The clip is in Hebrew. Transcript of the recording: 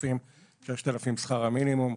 6,000: 6,000 שכר המינימום,